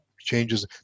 changes